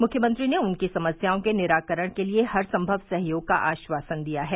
मुख्यमंत्री ने उनकी समस्याओं के निराकरण के लिए हरसंभव सहयोग का आश्वासन दिया है